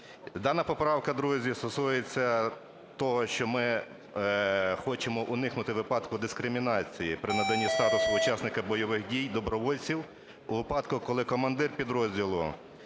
Дана поправка, друзі, стосується того, що ми хочемо уникнути випадку дискримінації при наданні статусу учасника бойовий дій добровольців у випадку, коли командир підрозділу